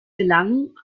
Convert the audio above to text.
gelang